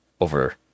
over